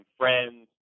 friends